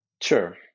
Sure